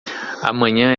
amanhã